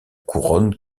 couronne